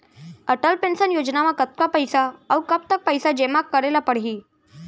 Atal pension योजना म कतका पइसा, अऊ कब तक पइसा जेमा करे ल परही?